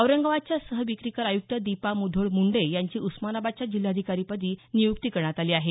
औरंगाबादच्या सह विक्रीकर आयुक्त दीपा मुधोळ मुंडे यांची उस्मानाबादच्या जिल्हाधिकारीपदी नियुक्ती करण्यात आली आहे